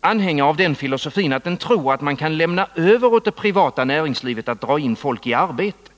anhängare av den filosofin att man kan lämna över åt det privata näringslivet att dra in folk i arbete.